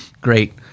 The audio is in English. great